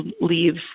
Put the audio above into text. leaves